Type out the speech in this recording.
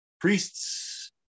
priests